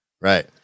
right